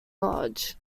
lodge